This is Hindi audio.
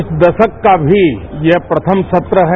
इस दशक का भी यह प्रथम सत्र है